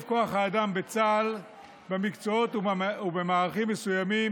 כוח האדם בצה"ל במקצועות ובמערכים מסוימים,